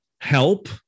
help